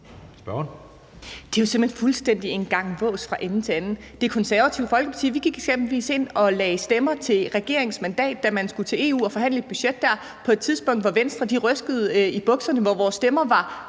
Det er jo simpelt hen fuldstændig en gang vås fra ende til anden. I Det Konservative Folkeparti gik vi eksempelvis ind og lagde stemmer til regeringens mandat, da man skulle til EU og forhandle et budget, på et tidspunkt, hvor Venstre rystede i bukserne, og hvor vores stemmer var